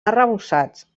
arrebossats